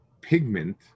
pigment